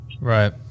right